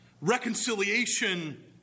reconciliation